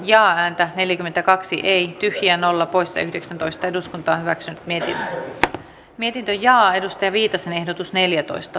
eläkkeiden verotukseen on tehtävä vastaavat muutokset kuin vastaavan suuruisten työtulojen verotukseen hyödyntäen eläketulovähennystä valtionverotuksessa ja kunnallisverotuksessa